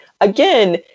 again